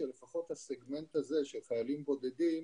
שלפחות הסגמנט הזה של חיילים בודדים,